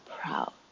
proud